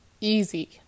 easy